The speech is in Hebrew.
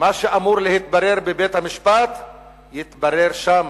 ומה שאמור להתברר בבית-המשפט יתברר שם,